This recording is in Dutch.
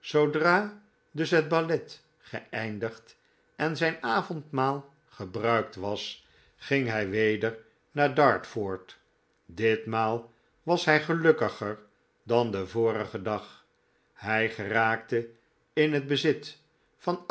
zoodra dus het ballet geeindigd en zijn avondmaal gebruikt was ging hij weder naar dartford ditmaal was hij gelukkiger dan den vorigen dag hij geraakte in het bezit van